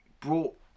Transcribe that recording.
brought